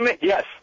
Yes